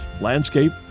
landscape